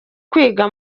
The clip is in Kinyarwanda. kwiga